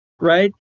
right